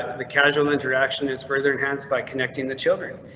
the casual interaction is further enhanced by connecting the children.